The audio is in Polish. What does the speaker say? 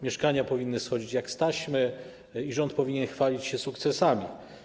Mieszkania powinny schodzić jak z taśmy i rząd powinien chwalić się sukcesami.